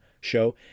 show